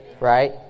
Right